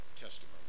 testimony